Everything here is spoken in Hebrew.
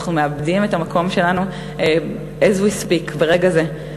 אנחנו מאבדים את המקום שלנו as we speak, ברגע זה.